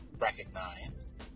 recognized